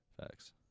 Facts